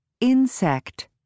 insect